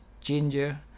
ginger